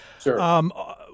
Sure